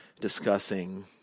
discussing